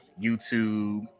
YouTube